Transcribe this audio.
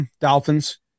Dolphins